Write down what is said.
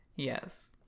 Yes